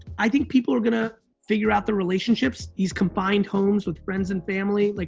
i think people are gonna figure out their relationships, these confined homes with friends and family, like